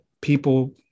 people